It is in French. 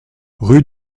rue